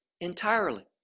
entirely